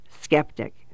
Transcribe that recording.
skeptic